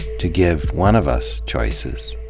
to give one of us choices.